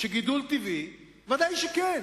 שגידול טבעי ודאי שכן.